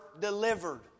delivered